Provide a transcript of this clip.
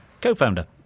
co-founder